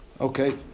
Okay